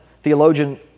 theologian